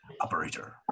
operator